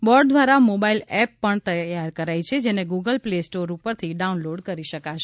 board દ્વારા mobile app પણ તૈયાર કરાઇ છે જેને ગુગલ પ્લે સ્ટોર ઉપરથી ડાઉનલોડ કરી શકાશે